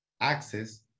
access